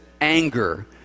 anger